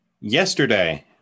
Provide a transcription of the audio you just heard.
yesterday